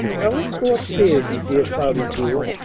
now let's go up-stairs, you dear cloudy jewel,